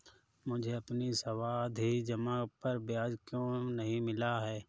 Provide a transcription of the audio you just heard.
मुझे अपनी सावधि जमा पर ब्याज क्यो नहीं मिला?